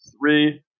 three